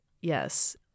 yes